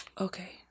Okay